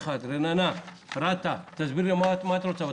רננה מרת"א, תסבירי מה את רוצה בתקנות.